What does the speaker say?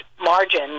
margin